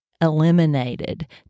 eliminated